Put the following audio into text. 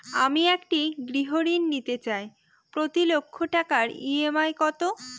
আমি একটি গৃহঋণ নিতে চাই প্রতি লক্ষ টাকার ই.এম.আই কত?